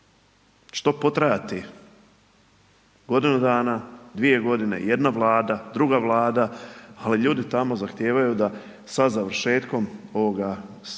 to potrajati godinu dana, dvije godine, jedna Vlada, druga Vlada, ali ljudi tamo zahtijevaju da sa završetkom ovoga zastoja